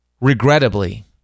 Regrettably